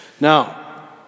Now